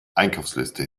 einkaufsliste